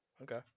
Okay